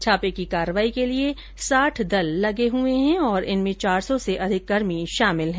छापे की कार्रवाई के लिये साठ दल लगे हुए है और इनमें चार सौ से अधिक कर्मी शामिल है